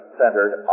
centered